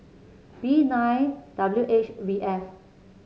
B nine W H V F